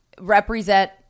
represent –